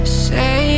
say